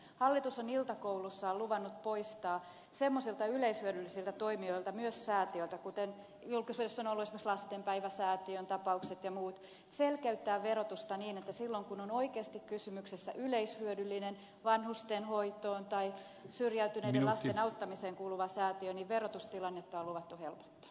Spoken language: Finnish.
hallitus on iltakoulussaan luvannut semmoisten yleishyödyllisten toimijoiden myös säätiöiden kuten julkisuudessa on ollut esimerkiksi lasten päivän säätiön tapaukset ja muut verotusta selkeyttää niin että silloin kun on oikeasti kysymyksessä yleishyödyllinen vanhustenhoitoon tai syrjäytyneiden lasten auttamiseen kuuluva säätiö niin verotustilannetta on luvattu helpottaa